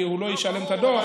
כי הוא לא ישלם את הדוח,